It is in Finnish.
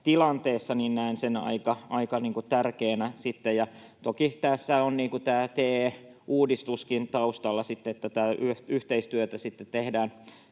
tilanteessa näen sen aika tärkeänä. Toki tässä on TE-uudistuskin taustalla, että tätä yhteistyötä sitten